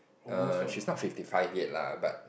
err she's not fifty five yet lah but